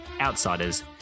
outsiders